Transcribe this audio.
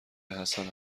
حسن